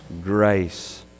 grace